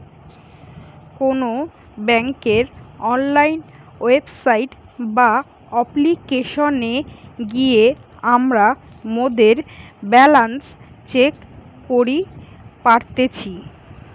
কোনো বেংকের online website বা অপ্লিকেশনে গিয়ে আমরা মোদের ব্যালান্স চেক করি পারতেছি